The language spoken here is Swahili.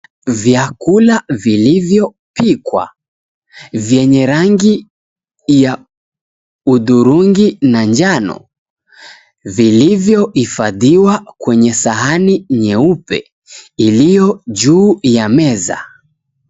Vyakula vilivyopikwa, vyenye rangi ya hudhurungi na njano, vilivyohifandiwa kwenye sahani nyeupe, iliyo juu ya meza.